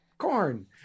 corn